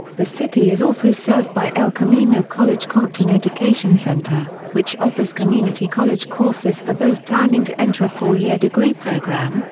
the city is also served by el camino college compton education center, which offers community college courses for those planning to enter a four-year degree program,